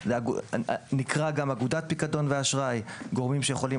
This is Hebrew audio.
זה נקרא גם "אגודת פיקדון ואשראי"; גורמים שיכולים,